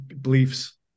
beliefs